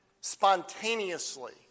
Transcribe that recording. spontaneously